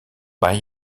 bij